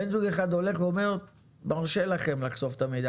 בן זוג אחד הולך ואומר שמרשה לכם לחשוף את המידע